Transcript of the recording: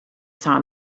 saw